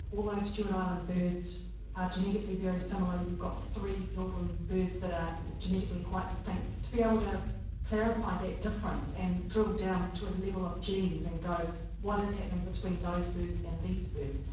all those stewart island birds are genetically very similar. you've got three fiordland birds that are genetically quite distinct. to be able to clarify that difference and drill down to a level of genes and go what is happening between those birds and these birds,